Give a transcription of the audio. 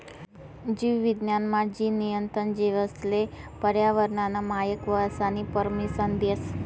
जीव विज्ञान मा, जीन नियंत्रण जीवेसले पर्यावरनना मायक व्हवानी परमिसन देस